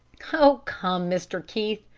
oh, come, mr. keith!